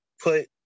put